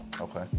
Okay